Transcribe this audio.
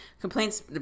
Complaints